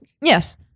Yes